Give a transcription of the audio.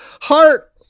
heart